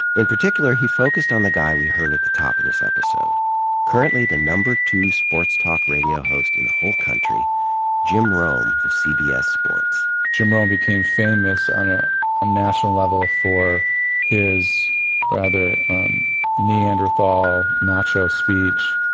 in particular, he focused on the guy we heard at the top of this episode currently the number two sports talk radio host in the whole country jim rome of cbs sports. jim rome became famous on a ah national level for his rather neanderthal, macho speech,